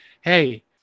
Hey